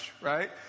right